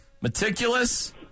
meticulous